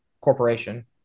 Corporation